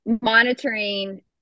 monitoring